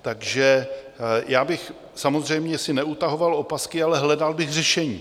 Takže já bych samozřejmě si neutahoval opasky, ale hledal bych řešení.